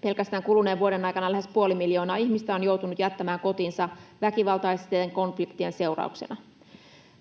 Pelkästään kuluneen vuoden aikana lähes puoli miljoonaa ihmistä on joutunut jättämään kotinsa väkivaltaisten konfliktien seurauksena.